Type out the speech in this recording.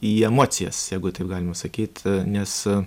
į emocijas jeigu taip galima sakyt nes